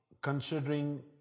considering